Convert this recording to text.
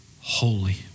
holy